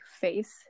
face